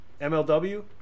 mlw